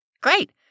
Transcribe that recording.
Great